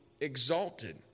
exalted